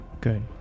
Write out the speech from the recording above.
good